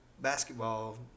basketball